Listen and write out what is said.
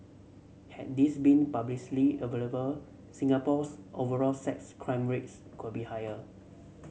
had these been publicly available Singapore's overall sex crime rates could be higher